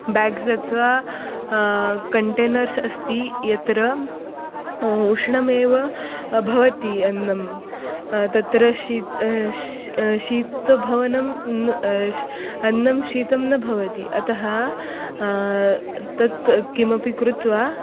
bags अथवा containers अस्ति यत्र उष्णमेव भवति अन्नं तत्र शी शीतभवनं अन्नं शीतं न भवति अतः तत् किमपि कृत्वा